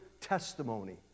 testimony